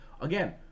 Again